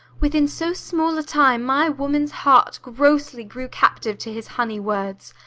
within so small a time, my woman's heart grossly grew captive to his honey words,